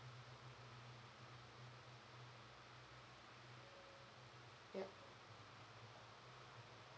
yup